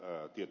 puhemies